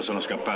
so let's go!